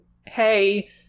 hey